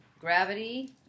gravity